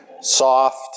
soft